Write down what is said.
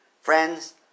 Friends